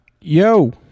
yo